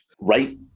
right